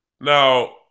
Now